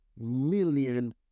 million